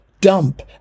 Dump